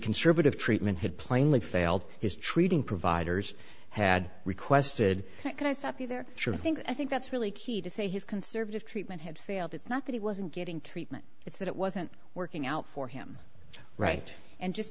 conservative treatment had plainly failed his treating providers had requested that i stop you there sure i think i think that's really key to say his conservative treatment had failed it's not that he wasn't getting treatment it's that it wasn't working out for him right and just